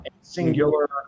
singular